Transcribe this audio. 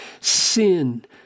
sin